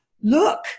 look